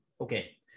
Okay